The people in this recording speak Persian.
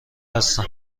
هستم